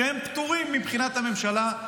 שהם פטורים מבחינת הממשלה.